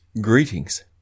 Greetings